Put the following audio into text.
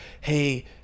hey